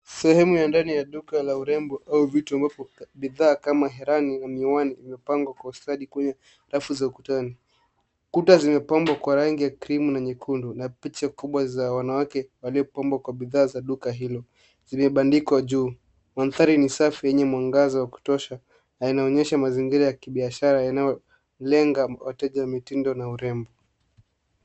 Sehemu ya ndani ya duka la urembo au vitu vinavyokaa bidhaa kama herani na miwani vimepangwa kwa ustadi kwenye rafu za kutani. Kuta zimepambwa kwa rangi ya krimu na nyekundu, na picha kubwa za wanawake waliopambwa kwa bidhaa za duka hilo zimebandikwa juu. Mandhari ni safi yenye mwangaza wa kutosha na inaonyesha mazingira ya kibiashara yanayolenga wateja wa mitindo na urembo.